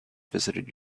visited